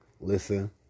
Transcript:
Listen